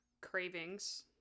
cravings